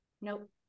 Nope